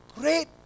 great